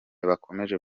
bakomeje